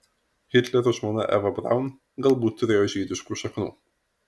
hitlerio žmona eva braun galbūt turėjo žydiškų šaknų